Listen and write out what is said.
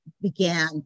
began